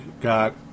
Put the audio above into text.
got